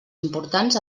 importants